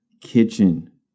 kitchen